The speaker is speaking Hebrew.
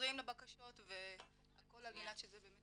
שעוזרים בבקשות והכל על מנת שזה באמת